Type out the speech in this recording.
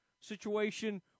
situation